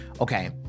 okay